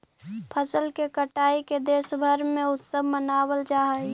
फसल के कटाई के देशभर में उत्सव मनावल जा हइ